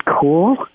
cool